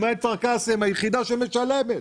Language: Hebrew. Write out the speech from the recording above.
למעט כפר קאסם שהיא היחידה שמשלמת.